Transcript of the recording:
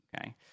okay